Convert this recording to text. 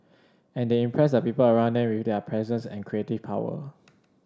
and they impress the people around them with their presence and creative power